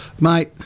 mate